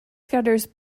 scudder’s